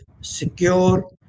secure